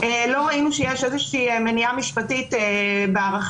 לא ראינו שיש איזושהי מניעה משפטית בהארכה.